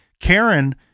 Karen